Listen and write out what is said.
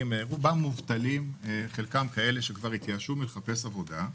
שרובם מובטלים וחלקם כבר התייאשו מלחפש עבודה,